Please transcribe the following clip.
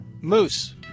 Moose